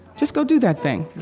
just go do that thing,